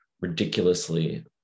ridiculously